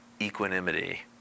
equanimity